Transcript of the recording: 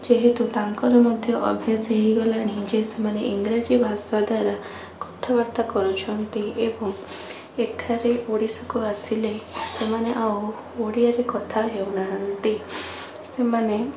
ଯେହେତୁ ତାଙ୍କର ମଧ୍ୟ ଅଭ୍ଯାସ ହୋଇଗଲାଣି ଯେ ସେମାନେ ଇଂରାଜୀ ଭାଷା ଦ୍ବାରା କଥାବାର୍ତ୍ତା କରୁଛନ୍ତି ଏବଂ ଏଠାରେ ଓଡ଼ିଶାକୁ ଆସିଲେ ସେମାନେ ଆଉ ଓଡ଼ିଆରେ କଥା ହେଉନାହାନ୍ତି ସେମାନେ